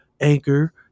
Anchor